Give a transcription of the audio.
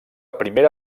primera